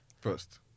first